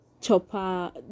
chopper